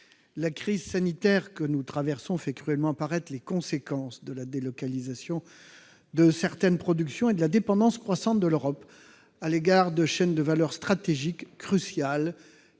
la crise sanitaire que nous traversons fait cruellement apparaître les conséquences de la délocalisation de certaines productions et de la dépendance croissante de l'Europe à l'égard de chaînes de valeur stratégiques cruciales